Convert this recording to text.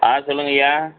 ஆ சொல்லுங்கய்யா